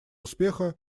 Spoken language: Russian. успеха